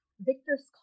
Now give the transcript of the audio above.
Victor's